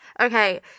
okay